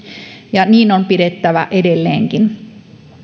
ja niin on pidettävä edelleenkin